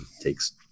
takes